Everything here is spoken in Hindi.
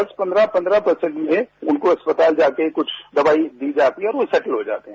दस पन्द्रह परसेंट में उनको अस्पताल जाकर कुछ दवाई दी जाती है और वो सही हो जाते हैं